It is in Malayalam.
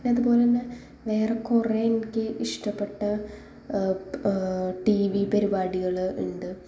പിന്നെ അതുപോലെ തന്നെ വേറെ കുറേ എനിക്ക് ഇഷ്ടപ്പെട്ട ടി വി പരിപാടികൾ ഉണ്ട്